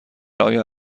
آیا